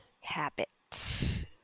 Habit